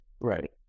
Right